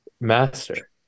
master